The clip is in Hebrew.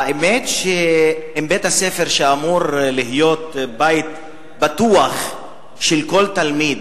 האמת שאם בית-הספר שאמור להיות בית בטוח של כל תלמיד,